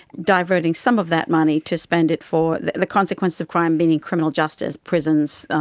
diverging some of that money to spend it for, the the consequences of crime meaning criminal justice, prisons,